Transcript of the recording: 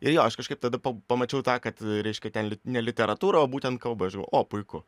ir jo aš kažkaip tada pa pamačiau tą kad reiškia ten li ne literatūra o būten kalba žiū o puiku